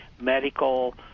medical